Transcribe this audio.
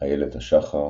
איילת השחר